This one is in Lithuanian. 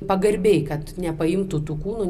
pagarbiai kad nepaimtų tų kūnų